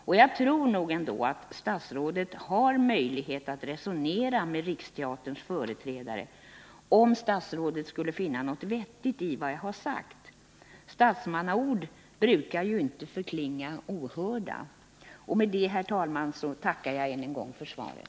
Och jag tror ändå att statsrådet har en möjlighet att resonera med Riksteaterns företrädare, om statsrådet skulle finna något vettigt i vad jag sagt. Statsmannaord brukar ju inte förklinga ohörda. Med detta, herr talman, tackar jag än en gång för svaret.